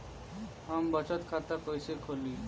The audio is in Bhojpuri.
हम बचत खाता कइसे खोलीं?